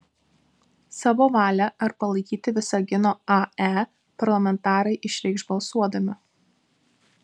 savo valią ar palaikyti visagino ae parlamentarai išreikš balsuodami